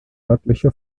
örtliche